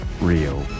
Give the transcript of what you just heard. real